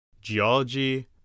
geology